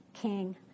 king